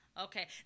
Okay